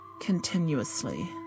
continuously